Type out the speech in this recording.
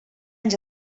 anys